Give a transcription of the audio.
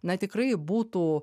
na tikrai būtų